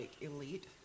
elite